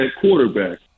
quarterback